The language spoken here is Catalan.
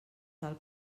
tal